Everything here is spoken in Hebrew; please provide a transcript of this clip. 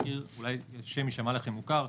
אולי השם יישמע לכם מוכר,